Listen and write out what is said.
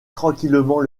tranquillement